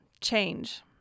Change